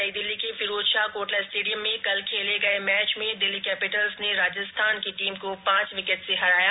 नई दिल्ली के फिरोजशाह कोटला स्टेडियम में कल खेले गए मैच में दिल्ली केपिटल्स की टीम ने राजस्थान की टीम को पांच विकेट से हराया